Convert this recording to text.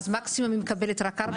אז היא מקבלת מקסימום רק 4,000?